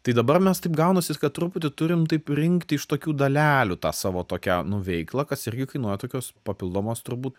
tai dabar mes taip gaunasi kad truputį turim taip rinkti iš tokių dalelių tą savo tokią nu veiklą kas irgi kainuoja tokios papildomos turbūt